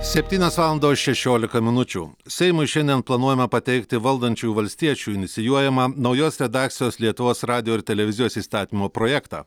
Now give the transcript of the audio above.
septynios valandos šešiolika minučių seimui šiandien planuojama pateikti valdančiųjų valstiečių inicijuojamą naujos redakcijos lietuvos radijo ir televizijos įstatymo projektą